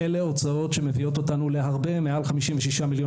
אלה הוצאות שמביאות אותנו להרבה מעל 56 מיליון